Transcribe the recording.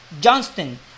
Johnston